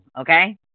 okay